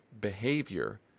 behavior